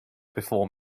before